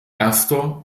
erster